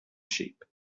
sheep